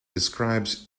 describes